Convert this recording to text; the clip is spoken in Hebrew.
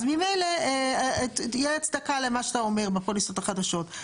אז ממילא יהיה הצדקה למה שאתה אומר בפוליסות החדשות.